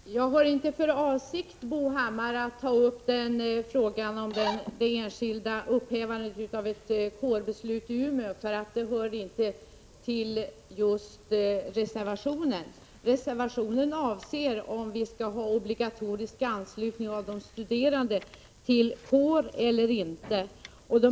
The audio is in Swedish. Herr talman! Jag har inte för avsikt, Bo Hammar, att beröra frågan om upphävandet av ett kårbeslut i Umeå, för det hör inte till reservationen. Reservationen avser om vi skall ha obligatorisk anslutning av de studerande till kår eller inte.